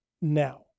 now